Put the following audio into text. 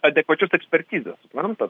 adekvačios ekspertizės suprantat